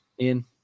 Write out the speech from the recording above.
Ian